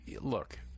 look